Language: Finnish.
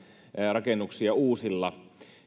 rakennuksia uusilla